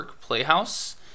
Playhouse